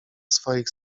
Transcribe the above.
swoich